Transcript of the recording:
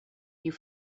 you